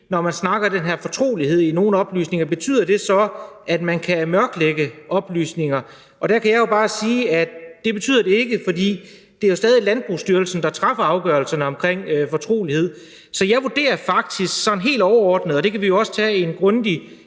når man snakker om den her fortrolighed i nogle oplysninger, om det så betyder, at man kan mørklægge oplysninger. Der kan jeg bare sige, at det betyder det ikke, for det er jo stadig Landbrugsstyrelsen, der træffer afgørelserne om fortrolighed. Så jeg vurderer faktisk sådan helt overordnet, og det kan vi jo også tage en grundig